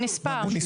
הוא נספר.